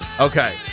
Okay